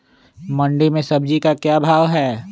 मंडी में सब्जी का क्या भाव हैँ?